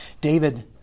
David